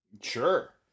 Sure